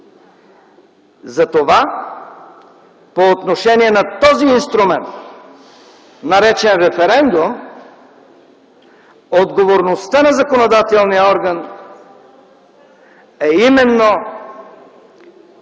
Затова по отношение на този инструмент, наречен референдум, отговорността на законодателния орган е именно